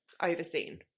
overseen